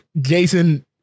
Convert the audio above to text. Jason